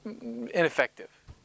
ineffective